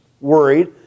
worried